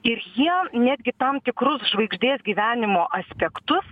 ir jie netgi tam tikrus žvaigždės gyvenimo aspektus